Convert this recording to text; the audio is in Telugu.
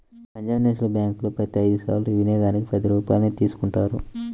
పంజాబ్ నేషనల్ బ్యేంకులో ప్రతి ఐదు సార్ల వినియోగానికి పది రూపాయల్ని తీసుకుంటారు